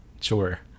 Sure